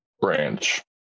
branch